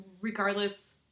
regardless